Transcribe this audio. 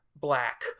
black